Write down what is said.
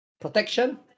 Protection